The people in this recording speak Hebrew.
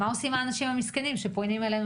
מה עושים האנשים המסכנים שפונים אלינו